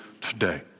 today